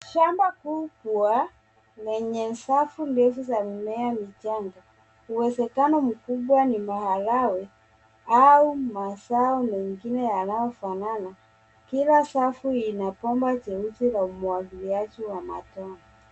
Shamba kubwa lenye safu ndefu za mimea michanga, uwezekano mkubwa ni maharagwe au mazao mengine yanayofanana. Kila safu ina bomba jeusi la umwagiliaji wa matone.